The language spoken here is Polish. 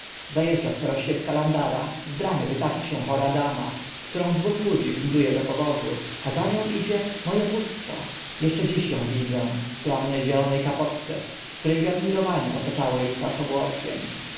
za eżdża staroświecka landara z bramy wytacza się chora dama którą dwóch ludzi windu e do powozu a za nią idzie mo e bóstwo jeszcze dziś ą widzę w skromne zielone kapotce które garnirowanie otaczało e twarz obłoczkiem